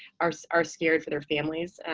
are so are scared for their families'